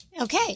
Okay